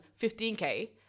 15k